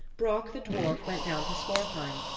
brock the dwarf went down to svartheim,